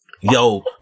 Yo